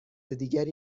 دیگری